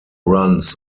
runs